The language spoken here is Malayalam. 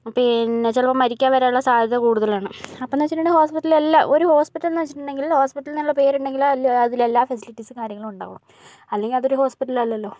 പിന്നെ ചിലപ്പോൾ മരിക്കാൻ വരെ ഉള്ള സാധ്യത കൂടുതലാണ് അപ്പോൾ എന്ന് വെച്ചിട്ടുണ്ടെങ്കിൽ ഹോസ്പിറ്റലില് എല്ലാം ഒരു ഹോസ്പിറ്റൽ എന്ന് വെച്ചിട്ടുണ്ടെങ്കിൽ ഹോസ്പിറ്റൽ എന്ന പേരുണ്ടങ്കിൽ അതിൽ എല്ലാ ഫെസിലിറ്റീസും കാര്യങ്ങളും ഉണ്ടാവണം അല്ലെങ്കിൽ അതൊരു ഹോസ്പിറ്റൽ അല്ലല്ലോ